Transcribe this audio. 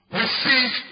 receive